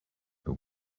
but